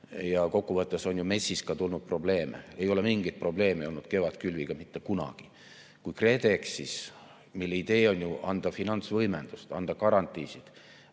Kokkuvõttes on MES‑ist ka tulnud probleeme. Ei ole mingeid probleeme olnud kevadkülviga mitte kunagi. Kui KredExis, mille idee on anda finantsvõimendust, anda garantiisid